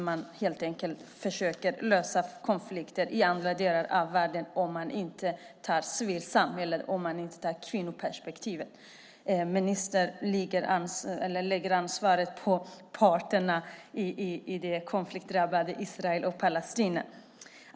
Man försöker lösa konflikter i andra delar i världen men har helt enkelt inte civilsamhälls eller kvinnoperspektivet. Ministern lägger ansvaret på parterna i det konfliktdrabbade Israel och Palestina.